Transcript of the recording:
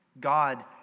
God